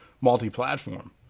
multi-platform